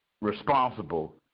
responsible